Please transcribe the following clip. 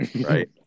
right